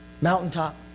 mountaintop